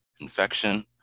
infection